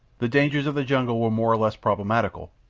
the dangers of the jungle were more or less problematical,